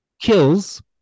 kills